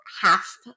half